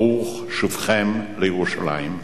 ברוך שובכם לירושלים.